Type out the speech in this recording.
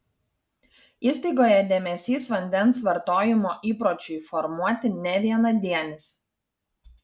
įstaigoje dėmesys vandens vartojimo įpročiui formuoti ne vienadienis